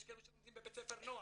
יש כאלו שלומדים בבית ספר "נועם".